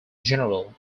general